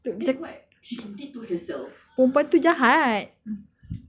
like macam perempuan tu jahat